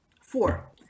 four